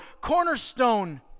cornerstone